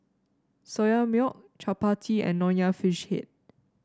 Soya Milk chappati and Nonya Fish Head